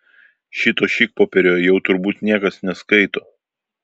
šito šikpopierio jau turbūt niekas neskaito